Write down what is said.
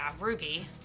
Ruby